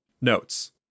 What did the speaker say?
Notes